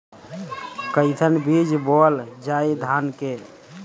कईसन बीज बोअल जाई धान के?